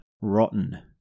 rotten